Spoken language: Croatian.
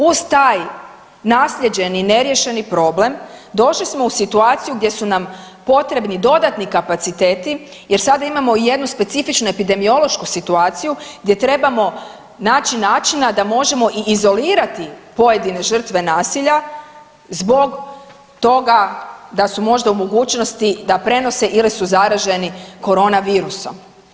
Uz taj naslijeđeni neriješeni problem došli smo u situaciju gdje su nam potrebni dodatni kapaciteti jer sada imamo i jednu specifičnu epidemiološku situaciju gdje trebamo naći načina da možemo i izolirati pojedine žrtve nasilja zbog toga da su možda u mogućnosti da prenose ili su zaraženi korona virusom.